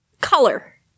color